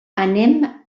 anem